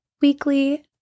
weekly